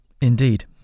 Indeed